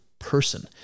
person